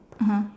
mmhmm